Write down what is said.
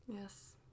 Yes